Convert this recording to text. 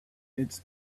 its